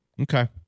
Okay